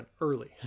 early